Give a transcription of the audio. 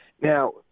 Now